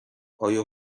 آیا